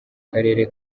karere